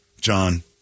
John